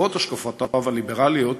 למרות השקפותיו הליברליות,